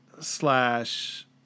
slash